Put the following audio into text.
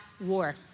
war